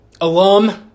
alum